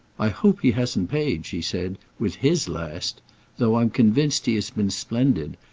i hope he hasn't paid, she said, with his last though i'm convinced he has been splendid,